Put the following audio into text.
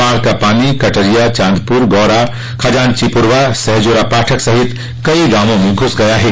बाढ़ का पानी कटरिया चांदपुर गौरा खजाची पुरवां सहजोरा पाठक सहित कई गांवों में घुस गया है